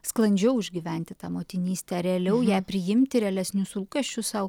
sklandžiau išgyventi tą motinystę realiau ją priimti realesnius lūkesčius sau